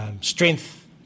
strength